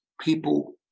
People